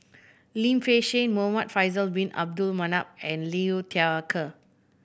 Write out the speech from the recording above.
Lim Fei Shen Muhamad Faisal Bin Abdul Manap and Liu Thai Ker